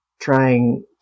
trying